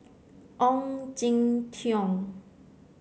Ong Jin Teong